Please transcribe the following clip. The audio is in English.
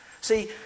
See